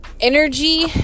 energy